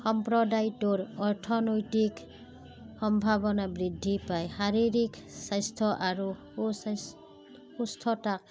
সম্প্ৰদায়টোৰ অৰ্থনৈতিক সম্ভাৱনা বৃদ্ধি পায় শাৰীৰিক স্বাস্থ্য আৰু সুস্বাস্থ্য সুস্থতাক